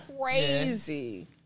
crazy